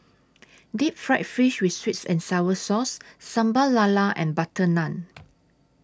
Deep Fried Fish with Sweet and Sour Sauce Sambal Lala and Butter Naan